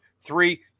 Three